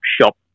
shop